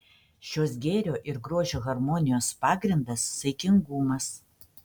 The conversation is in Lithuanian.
šios gėrio ir grožio harmonijos pagrindas saikingumas